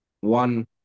one